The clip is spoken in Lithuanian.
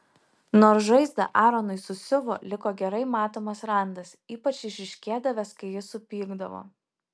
nors žaizdą aronui susiuvo liko gerai matomas randas ypač išryškėdavęs kai jis supykdavo